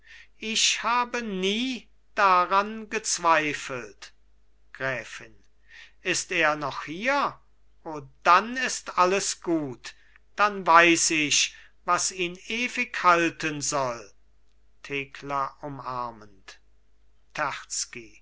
ich habe nie daran gezweifelt gräfin ist er noch hier o dann ist alles gut dann weiß ich was ihn ewig halten soll thekla umarmend